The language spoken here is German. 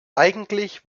eigentlich